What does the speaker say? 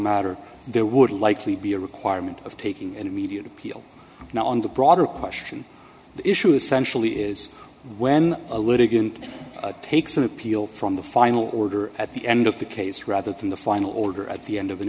matter there would likely be a requirement of taking immediate appeal now on the broader question issue sensually is when a litigant takes an appeal from the final order at the end of the case rather than the final order at the end of an